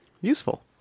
Useful